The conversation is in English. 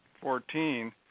fourteen